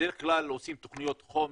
בדרך כלל עושים תוכניות חומש,